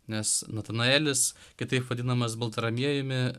nes natanaelis kitaip vadinamas baltramiejumi